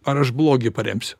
ar aš blogį paremsiu